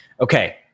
okay